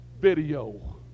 Video